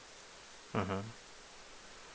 mmhmm